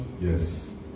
Yes